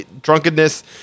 drunkenness